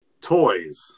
Toys